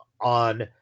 on